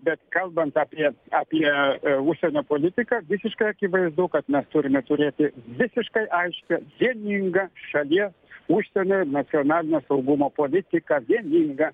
bet kalbant apie apie užsienio politiką visiškai akivaizdu kad mes turime turėti visiškai aiškią vieningą šalies užsienio ir nacionalinio saugumo politiką vieningą